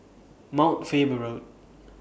Mount Faber Road